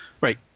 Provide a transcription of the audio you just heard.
Right